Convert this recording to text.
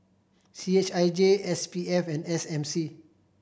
C H I J S P F and S M C